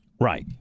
right